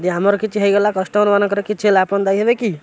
ଯଦି ଆମର କିଛି ହୋଇଗଲା କଷ୍ଟମର୍ମାନଙ୍କର କିଛି ହେଲା ଆପଣ ଦାୟୀ ହେବେ କି